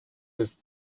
was